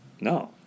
No